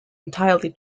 entirely